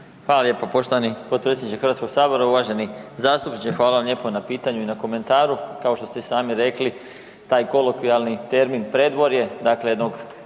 Hvala lijepo poštovani potpredsjedniče HS, uvaženi zastupniče hvala vam lijepo na pitanju i na komentaru. Kao što ste i sami rekli, taj kolokvijalni termin predvorje, dakle jednog